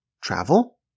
travel